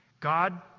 God